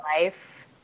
life